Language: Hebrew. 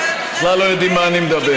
כי ממילא, בכלל לא יודעים מה אני מדבר.